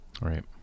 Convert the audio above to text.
right